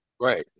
right